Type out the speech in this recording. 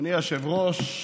אדוני היושב-ראש,